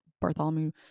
Bartholomew